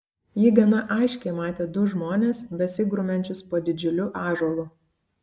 ji gana aiškiai matė du žmones besigrumiančius po didžiuliu ąžuolu